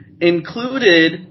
included